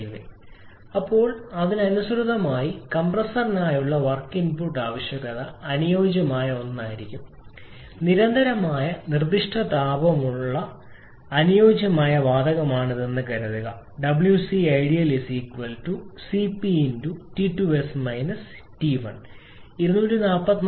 43K ഇപ്പോൾ അതിനനുസൃതമായി കംപ്രസ്സറിനായുള്ള വർക്ക് ഇൻപുട്ട് ആവശ്യകത അനുയോജ്യമായ ഒന്ന് ആയിരിക്കും നിരന്തരമായ നിർദ്ദിഷ്ട താപമുള്ള അനുയോജ്യമായ വാതകമാണിതെന്ന് കരുതുക𝑊𝐶𝑖𝑑𝑒𝑎𝑙 𝑐𝑝𝑇2𝑠 𝑇1 244